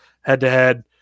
head-to-head